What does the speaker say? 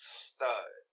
stud